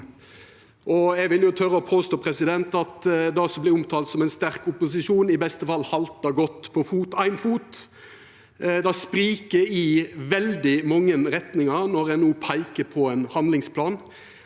Eg vil tora å påstå at det som vert omtalt som ein sterk opposisjon, i beste fall haltar godt på ein fot. Det spriker i veldig mange retningar når ein no peikar på ein handlingsplan